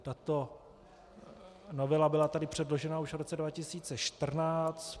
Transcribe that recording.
Tato novela byla tady předložena už v roce 2014.